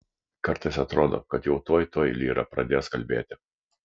kartais atrodo kad jau tuoj tuoj lyra pradės kalbėti